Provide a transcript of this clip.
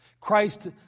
Christ